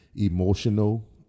emotional